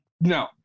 no